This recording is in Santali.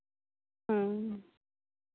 ᱦᱩᱸ